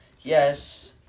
yes